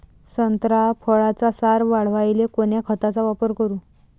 संत्रा फळाचा सार वाढवायले कोन्या खताचा वापर करू?